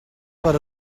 per